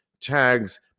Tags